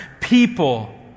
people